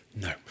No